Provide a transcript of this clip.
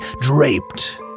draped